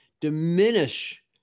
diminish